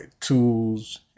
tools